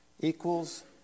equals